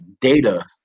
data